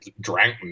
drank